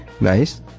nice